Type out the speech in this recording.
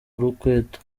urukweto